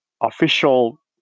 official